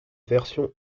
version